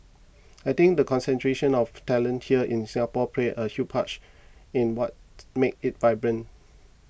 I think the concentration of talent here in Singapore plays a huge part in what makes it vibrant